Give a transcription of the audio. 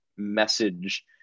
message